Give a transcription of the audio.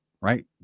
right